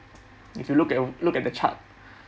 if you look at look at the chart